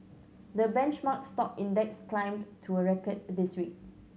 the benchmark stock index climbed to a record this week